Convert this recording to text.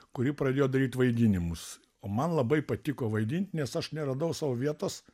kuri pradėjo daryt vaidinimus o man labai patiko vaidint nes aš neradau sau vietos